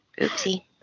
Oopsie